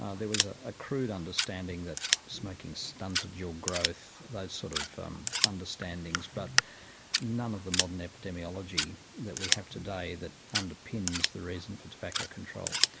ah there was ah a crude understanding that smoking stunted your growth, those sort of um understandings, but none of the modern epidemiology that we have today that underpins the reason for tobacco control.